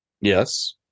Yes